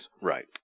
Right